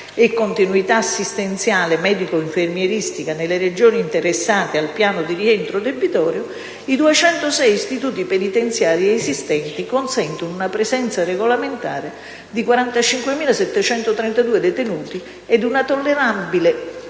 e continuità assistenziale medico-infermieristica nelle Regioni interessate ai piano di rientro debitorio, i 206 istituti penitenziari esistenti consentono una presenza regolamentare di 45.732 detenuti ed una tollerabile